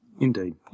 Indeed